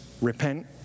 repent